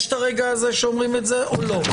יש את הרגע הזה שאומרים את זה או לא?